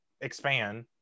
expand